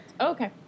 Okay